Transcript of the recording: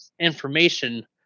information